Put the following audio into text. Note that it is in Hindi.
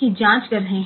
की जाँच कर रहे हैं